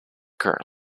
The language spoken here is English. kernel